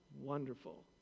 wonderful